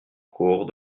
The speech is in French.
cours